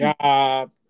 job